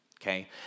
okay